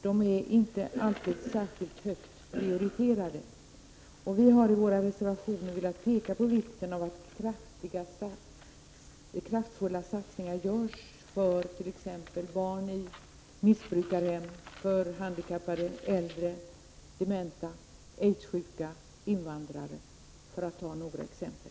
De är inte alltid särskilt högt prioriterade. Vi har i våra reservationer velat peka på vikten av att kraftfulla satsningar görs för barn i missbrukarhem, handikappade, äldre, dementa, aidssjuka, invandrare — för att ta några exempel.